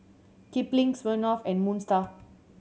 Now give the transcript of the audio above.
Kipling Smirnoff and Moon Star